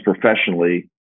professionally